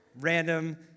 random